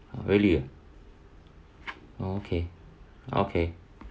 really ah okay okay